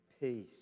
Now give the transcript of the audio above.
Peace